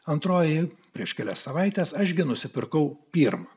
antroji prieš kelias savaites aš gi nusipirkau pirmą